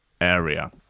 area